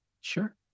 Sure